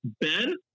Ben